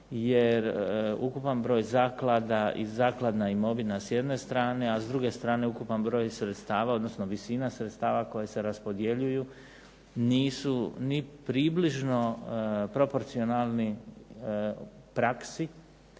Jer ukupan broj zaklada i zakladna imovina s jedne strane, a s druge strane ukupan broj sredstava odnosno visina sredstava koja se raspodjeljuju nisu ni približno proporcionalni praksi,